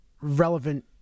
relevant